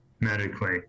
medically